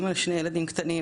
אמא לשני ילדים קטנים,